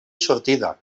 sortida